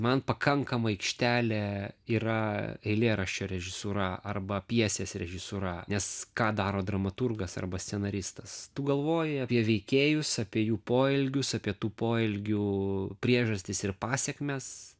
man pakankama aikštelė yra eilėraščio režisūra arba pjesės režisūra nes ką daro dramaturgas arba scenaristas tu galvoji apie veikėjus apie jų poelgius apie tų poelgių priežastis ir pasekmes